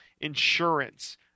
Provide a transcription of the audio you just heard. insurance